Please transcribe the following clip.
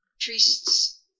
priests